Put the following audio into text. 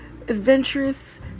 adventurous